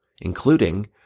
including